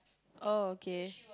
oh okay